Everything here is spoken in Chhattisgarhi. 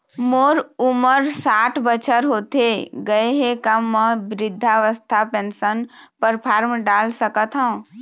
मोर उमर साठ बछर होथे गए हे का म वृद्धावस्था पेंशन पर फार्म डाल सकत हंव?